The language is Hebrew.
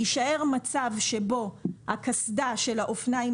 יישאר מצב שבו על קסדה של האופניים